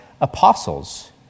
apostles